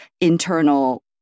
internal